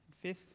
Fifth